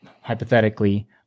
Hypothetically